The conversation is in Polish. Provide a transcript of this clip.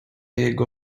jego